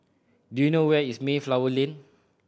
do you know where is Mayflower Lane